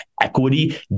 equity